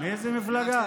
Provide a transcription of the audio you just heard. מאיזו מפלגה?